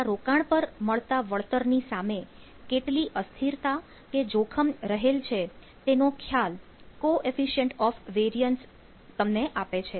તમારા રોકાણ પર મળતા વળતર ની સામે કેટલી અસ્થિરતા કે જોખમ રહેલ છે તેનો ખ્યાલ કોએફીશિયન્ટ ઑફ઼ વેરિયન્સ તમને આપે છે